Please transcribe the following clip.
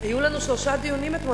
היו לנו שלושה דיונים אתמול,